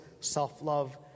self-love